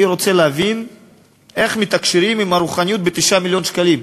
אני רוצה להבין איך מתקשרים עם הרוחניות ב-9 מיליון שקלים?